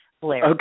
Blair